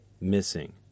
missing